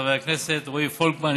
חבר הכנסת רועי פולקמן,